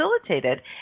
facilitated